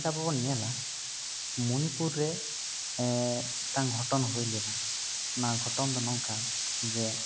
ᱚᱱᱟᱴᱟᱜ ᱵᱚ ᱵᱚᱱ ᱧᱮᱞᱟ ᱢᱩᱱᱤᱯᱩᱨ ᱨᱮ ᱢᱤᱫᱴᱟᱱ ᱜᱷᱚᱴᱚᱱ ᱦᱩᱭ ᱞᱮᱱᱟ ᱚᱱᱟ ᱜᱷᱚᱴᱚᱱ ᱫᱚ ᱱᱚᱝᱠᱟ ᱡᱮ